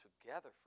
together